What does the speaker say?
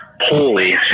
holy